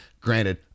Granted